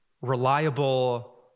reliable